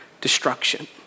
destruction